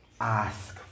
ask